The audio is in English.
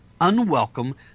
unwelcome